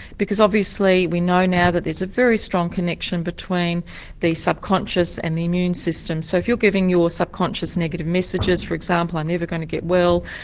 because obviously we know now that there is a very strong connection between the subconscious and the immune system. so if you're giving your subconscious negative messages, for example i'm never going to get well,